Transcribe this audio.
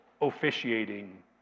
officiating